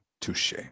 touche